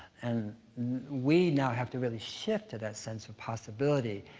and we now have to really shift to that sense of possibility,